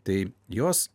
tai jos